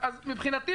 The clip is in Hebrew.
אז מבחינתי,